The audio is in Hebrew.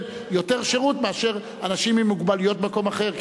יותר שירות מאשר אנשים עם מוגבלויות במקום אחר.